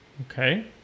Okay